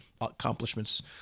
accomplishments